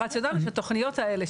הרציונל הוא שהתוכניות האלה,